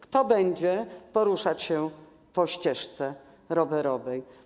Kto będzie poruszać się po ścieżce rowerowej?